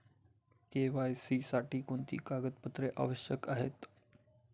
KYC साठी कोणती कागदपत्रे आवश्यक आहेत?